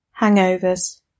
Hangovers